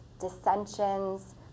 dissensions